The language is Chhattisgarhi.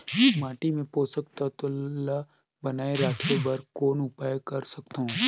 माटी मे पोषक तत्व ल बनाय राखे बर कौन उपाय कर सकथव?